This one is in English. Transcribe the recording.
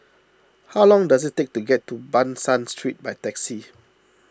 how long does it take to get to Ban San Street by taxi